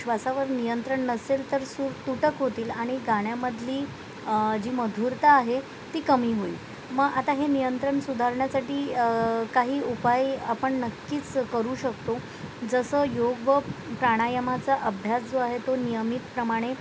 श्वासावर नियंत्रण नसेल तर सूर तुटक होतील आणि गाण्यामधली जी मधुरता आहे ती कमी होईल मग आता हे नियंत्रण सुधारण्यासाठी काही उपाय आपण नक्कीच करू शकतो जसं योग प्राणायामाचा अभ्यास जो आहे तो नियमितप्रमाणे